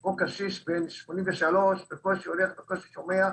של קשיש בן 83 בקושי הולך ובקושי שומע,